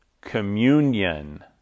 communion